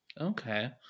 Okay